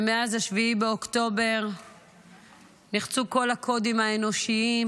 ומאז 7 באוקטובר נחצו כל הקודים האנושיים